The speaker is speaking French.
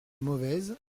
mauvaise